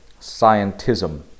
scientism